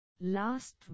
Last